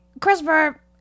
Christopher